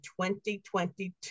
2022